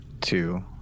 Two